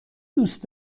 دوست